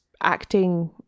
acting